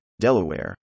Delaware